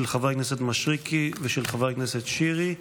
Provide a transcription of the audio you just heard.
של חבר הכנסת מישרקי ושל חבר הכנסת שירי,